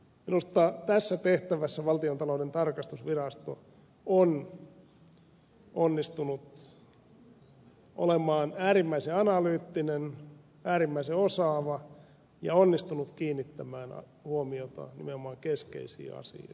minusta tässä tehtävässä valtiontalouden tarkastusvirasto on onnistunut olemaan äärimmäisen analyyttinen äärimmäisen osaava ja onnistunut kiinnittämään huomiota nimenomaan keskeisiin asioihin